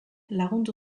lagundu